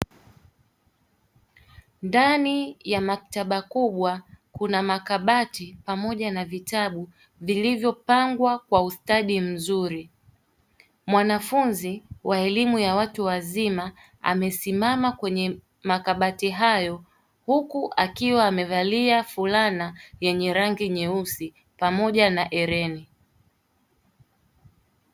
Ndani ya maktaba kubwa kuna makabati pamoja na vitabu vilivyopangwa kwa ustadi mzuri mwanafunzi wa elimu ya watu wazima, amesimama kwenye makabati hayo huku akiwa amevalia fulana yenye rangi nyeusi pamoja na hereni.